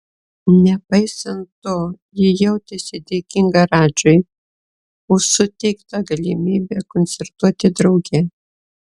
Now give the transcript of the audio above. nepaisant to ji jautėsi dėkinga radžiui už suteikta galimybę koncertuoti drauge